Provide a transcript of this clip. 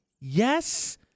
Yes